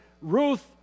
Ruth